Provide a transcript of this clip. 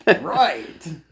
Right